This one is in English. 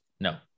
No